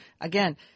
again